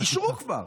נכון, אישרו כבר.